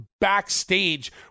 backstage